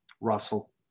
Russell